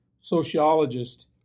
sociologist